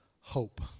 hope